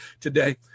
today